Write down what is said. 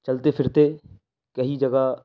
چلتے پھرتے کئی جگہ